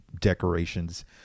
decorations